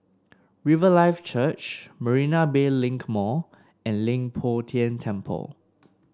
Riverlife Church Marina Bay Link Mall and Leng Poh Tian Temple